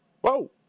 Whoa